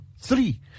Three